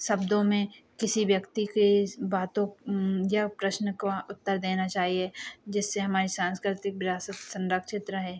शब्दों में किसी व्यक्ति की बातों या प्रश्न का उत्तर देना चाहिए जिससे हमारी साँस्कृतिक विरासत संरक्षित रहे